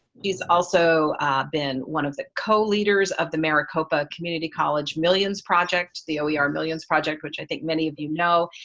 she's also been one of the co-leaders of the maricopa community college millions project, the oer millions project, which, i think, many of you know,